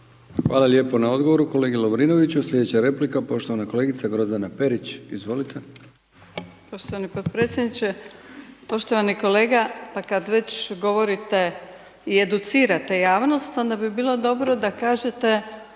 Hvala lijepo na odgovoru kolegi Lovrinoviću. Slijedeća replika poštovana kolegica Grozdana Perić, izvolite. **Perić, Grozdana (HDZ)** Poštovani potpredsjedniče, poštovani kolega, pa kad već govorite i educirate javnost onda bi bilo dobro da kažete